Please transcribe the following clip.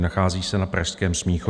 Nachází se na pražském Smíchově.